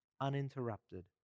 uninterrupted